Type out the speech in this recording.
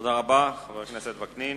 תודה רבה, חבר הכנסת וקנין.